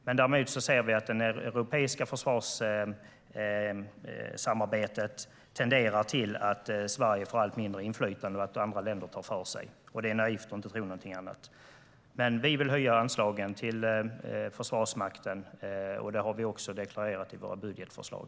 Vi ser att det europeiska försvarssamarbetet för Sveriges del tenderar att ge ett allt mindre inflytande och att andra länder tar för sig. Det är naivt att tro någonting annat. Vi vill alltså höja anslagen till Försvarsmakten, och det har vi också deklarerat i våra budgetförslag.